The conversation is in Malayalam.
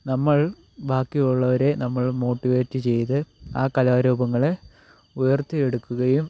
നമ്മൾ ബാക്കിയുള്ളവരെ നമ്മൾ മോട്ടിവേറ്റ് ചെയ്ത് ആ കലാരൂപങ്ങളെ ഉയർത്തിയെടുക്കുകയും